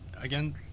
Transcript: again